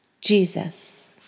Jesus